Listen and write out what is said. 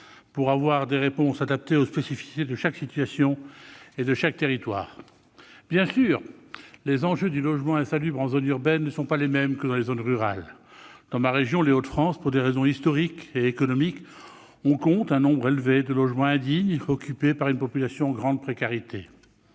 pour trouver des solutions adaptées aux spécificités de chaque situation et de chaque territoire. Bien sûr, les enjeux du logement insalubre en zone urbaine ne sont pas les mêmes que dans les zones rurales. Dans ma région, les Hauts-de-France, pour des raisons historiques et économiques, on compte un nombre élevé de logements indignes, occupés par une population en grande précarité.